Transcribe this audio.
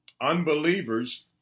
Unbelievers